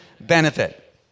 benefit